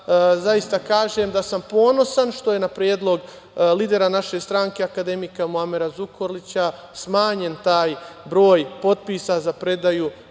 da kažem da sam ponosan što je na predlog lidera naše stranke akademika Muamera Zukorlića smanjen taj broj potpisa za predaju